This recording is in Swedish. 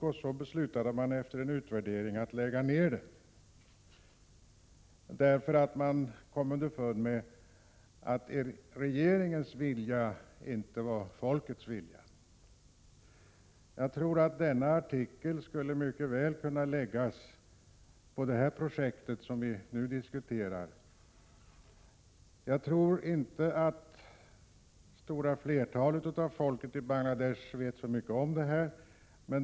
Efter en utvärdering beslutade man att lägga ned det, då man kom underfund med att regeringens vilja inte var folkets. Innehållet i denna artikel skulle mycket väl kunna appliceras på det projekt som vi nu diskuterar. Jag tror inte att det stora flertalet i Bangladesh vet så mycket om detta.